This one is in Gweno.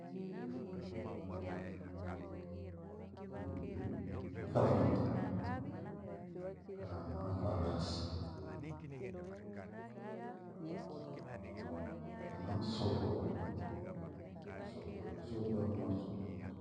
mnyama uagetha akili nithafite, kana farasi. kana msokwe kena vasokwe, sokwe ama sokwemtu.